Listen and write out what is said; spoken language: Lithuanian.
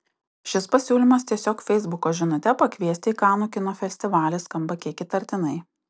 šis pasiūlymas tiesiog feisbuko žinute pakviesti į kanų kino festivalį skamba kiek įtartinai